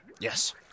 Yes